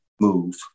move